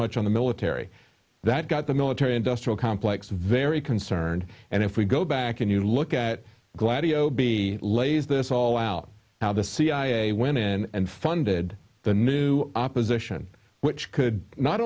much on the military that got the military industrial complex very concerned and if we go back and you look at gladio be lays this all out now the cia went in and funded the new opposition which could not